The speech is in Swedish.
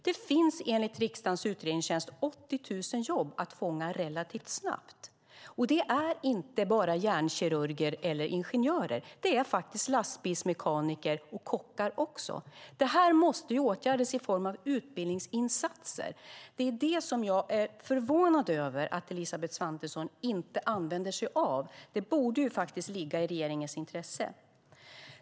Det finns, enligt riksdagens utredningstjänst, 80 000 jobb att fånga relativt snabbt. Och det handlar inte bara om hjärnkirurger eller ingenjörer. Det handlar faktiskt också om lastbilsmekaniker och kockar. Det här måste åtgärdas i form av utbildningsinsatser. Jag är förvånad över att Elisabeth Svantesson inte använder sig av det. Det borde faktiskt ligga i regeringens intresse.